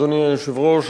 אדוני היושב-ראש,